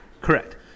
Correct